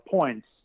points